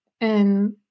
and-